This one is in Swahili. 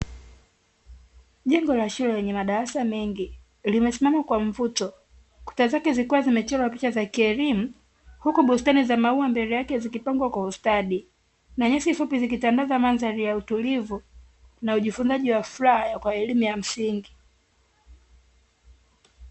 Jengo la shule lenye madarasa mengi limesimama kwa mvuto. Kuta zake zikiwa zimechorwa picha za kielimu, huku bustani za maua mbele yake zikipangwa kwa ustadi. Na nyasi fupi zikitandaza mandhari ya utulivu, na ujifunzaji wa furaha kwa elimu ya msingi.